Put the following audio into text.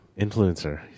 Influencer